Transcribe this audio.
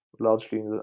largely